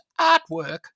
artwork